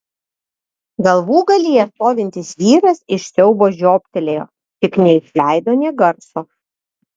galvūgalyje stovintis vyras iš siaubo žiobtelėjo tik neišleido nė garso